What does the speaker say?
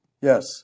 Yes